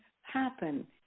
happen